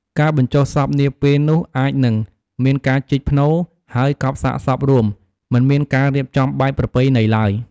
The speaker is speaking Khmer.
ការបញ្ចុះសពនាពេលនោះអាចនឹង មានការជីកផ្នូរ ហើយកប់សាកសពរួម មិនមានការរៀបចំបែបប្រពៃណីឡើយ។